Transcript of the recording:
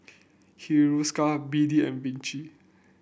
Hiruscar B D and Vichy